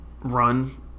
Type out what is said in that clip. run